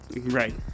Right